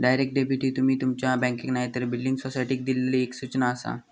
direct debit ही तुमी तुमच्या बँकेक नायतर बिल्डिंग सोसायटीक दिल्लली एक सूचना आसा